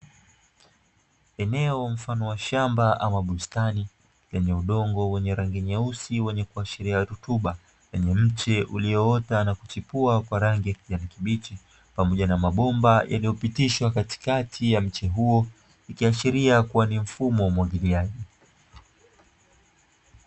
Eneo mfano wa shamba ama bustani lenye, udongo wenye rangi nyeusi wenye kuashiria rutuba, yenye mche ulioota na kuchipua kwa rangi ya kijani kibichi, pamoja na mabomba yaliyo pitishwa katikati ya mche huo, ikiashiria kua ni mfumo wa umwagiliaji.